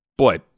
Boy